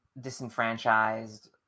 disenfranchised